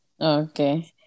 Okay